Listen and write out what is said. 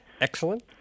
Excellent